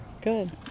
good